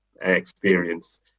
experience